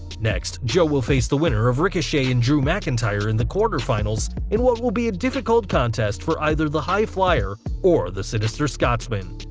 next, joe will face the winner of ricochet and drew mcintyre in the quarter finals, in what will be a difficult contest for either the high flyer or the sinister scotsman.